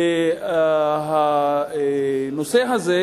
והנושא הזה,